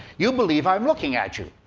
you believe i'm looking at you.